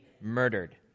murdered